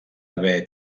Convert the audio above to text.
haver